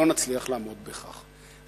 לא נצליח לעמוד בכך.